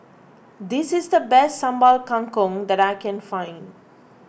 this is the best Sambal Kangkong that I can find